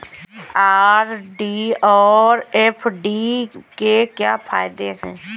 RD और FD के क्या फायदे हैं?